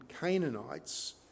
Canaanites